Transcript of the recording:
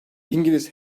i̇ngiliz